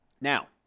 Now